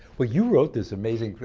well, you wrote this amazing,